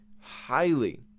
highly